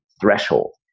threshold